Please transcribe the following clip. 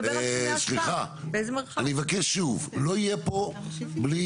סליחה, אני מבקש שוב, לא יהיה פה בלי